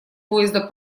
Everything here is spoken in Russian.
поезда